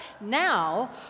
Now